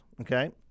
okay